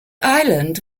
island